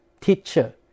teacher